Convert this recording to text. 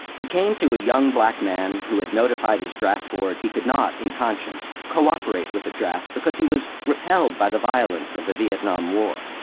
he came to a young black man who had notified his draft board he could not in conscience cooperate with the draft because he was repelled by the violence of the vietnam war.